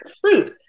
fruit